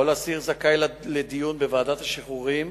כל אסיר זכאי לדיון בוועדת השחרורים,